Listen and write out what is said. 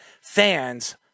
fans